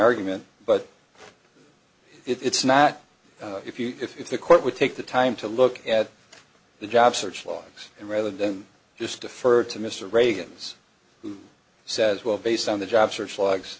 men but it's not if you if the court would take the time to look at the job search logs and rather than just defer to mr reagan's who says well based on the job search logs